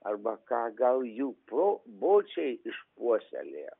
arba ką gal jų pro bočiai išpuoselėjo